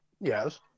Yes